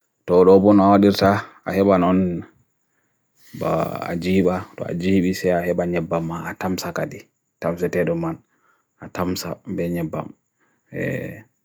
Toro punawadir sa aheban on ba ajihi ba, to ajihi bisya aheban nyebama atamsaka di, atamsa tereoman, atamsa benyebam.